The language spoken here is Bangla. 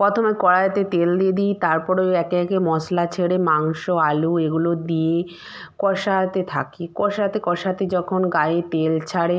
প্রথমে কড়াইতে তেল দিয়ে দিই তারপরে ওই একে একে মশলা ছেড়ে মাংস আলু এগুলো দিয়ে কষাতে থাকি কষাতে কষাতে যখন গায়ে তেল ছাড়ে